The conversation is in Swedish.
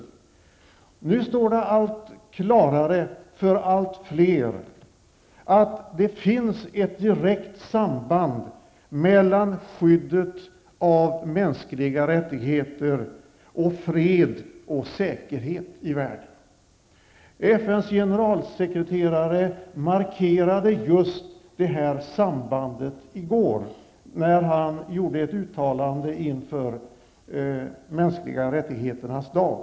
Det blir allt klarare för allt fler att det finns ett direkt samband mellan skyddet av mänskliga rättigheter och freden och säkerheten i världen. FNs generalsekreterare markerade just det här sambandet i går i ett uttalande som han gjorde med anledning av de mänskliga rättigheternas dag.